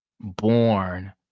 born